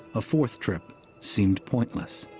a fourth trip seemed pointless.